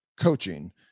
coaching